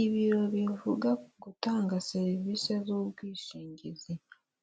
Ibiro bivuga ku gutanga serivisi z'ubwishingizi,